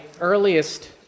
earliest